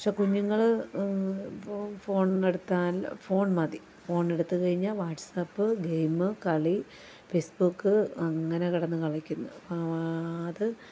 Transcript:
പക്ഷേ കുഞ്ഞുങ്ങൾ ഇപ്പോൾ ഫോൺ എടുത്താൽ ഫോൺ മതി ഫോൺ എടുത്ത് കഴിഞ്ഞാൽ വാട്ട്സ്അപ്പ് ഗെയിമ് കളി ഫേസ്ബുക്ക് അങ്ങനെ കിടന്ന് കളിക്കുന്നു അത്